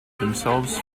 themselves